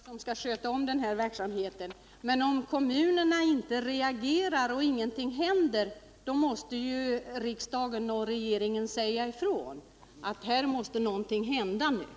Herr talman! Ja, jag tycker att det är kommunerna som skall sköta denna verksamhet. Men om kommunerna inte reagerar och ingenting händer, måste riksdagen och regeringen säga ifrån att någonting nu måste göras.